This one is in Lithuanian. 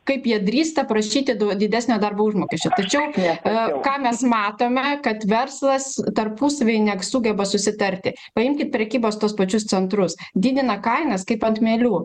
kaip jie drįsta prašyti didesnio darbo užmokesčio tačiau ką mes matome kad verslas tarpusavy nesugeba susitarti paimkit prekybos tuos pačius centrus didina kainas kaip ant mielių